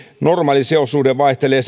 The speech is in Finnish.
normaali seossuhde vaihtelee